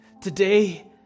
Today